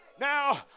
Now